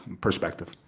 perspective